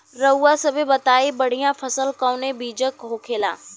रउआ सभे बताई बढ़ियां फसल कवने चीज़क होखेला?